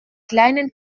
kleinen